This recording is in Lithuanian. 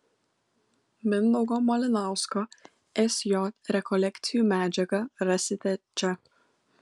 mindaugo malinausko sj rekolekcijų medžiagą rasite čia